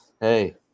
Hey